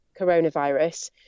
coronavirus